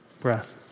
breath